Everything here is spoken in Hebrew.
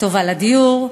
טובה לדיור,